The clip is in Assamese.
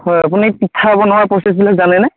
হয় আপুনি পিঠা বনোৱাৰ প্ৰচেছবিলাক জানে নে